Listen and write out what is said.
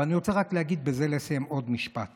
אני רוצה רק להגיד עוד משפט